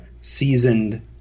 seasoned